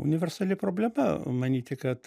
universali problema manyti kad